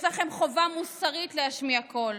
יש לכם חובה מוסרית להשמיע קול.